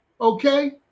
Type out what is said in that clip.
okay